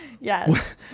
Yes